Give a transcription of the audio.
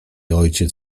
ojciec